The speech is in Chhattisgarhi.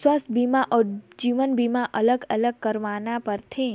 स्वास्थ बीमा अउ जीवन बीमा अलग अलग करवाना पड़थे?